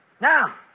Now